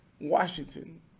Washington